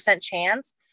chance